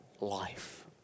life